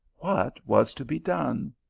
what was to be done?